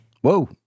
Whoa